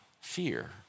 fear